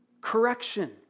correction